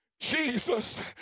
jesus